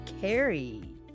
Carrie